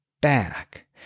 back